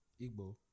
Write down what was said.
Igbo